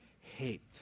Hate